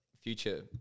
future